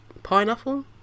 Pineapple